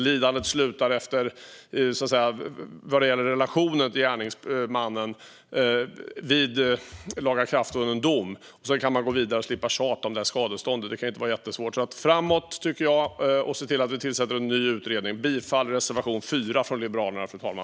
Lidandet skulle sluta vid lagakraftvunnen dom vad gäller relationen till gärningsmannen. Sedan kan man gå vidare och slippa tjata om skadeståndet. Det här kan inte vara jättesvårt. Framåt! Se till att vi tillsätter en ny utredning! Jag yrkar bifall till reservation 4 från Liberalerna, fru talman.